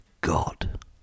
God